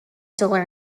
duller